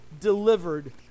delivered